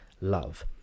Love